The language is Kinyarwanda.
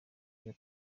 iyo